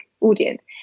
audience